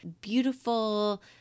beautiful